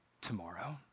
tomorrow